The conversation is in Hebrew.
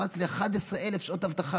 קפץ ל-11,000 שעות אבטחה.